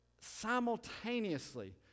Simultaneously